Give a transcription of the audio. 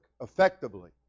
effectively